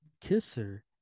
kisser